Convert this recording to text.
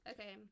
Okay